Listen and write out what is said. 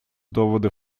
доводы